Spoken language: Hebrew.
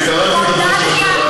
קראתי את הדוח של,